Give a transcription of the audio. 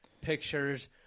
pictures